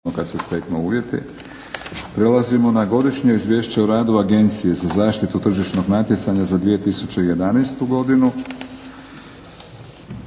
Milorad (HNS)** Prelazimo na - Godišnje izvješće o radu Agencije za zaštitu tržišnog natjecanja za 2011. godinu